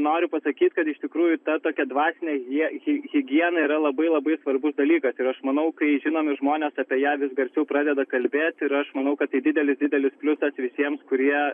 noriu pasakyt kad iš tikrųjų ta tokia dvasinė hie higiena yra labai labai svarbus dalykas ir aš manau kai žinomi žmonės apie ją vis garsiau pradeda kalbėti ir aš manau kad tai didelis didelis pliusas visiems kurie